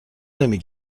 نمی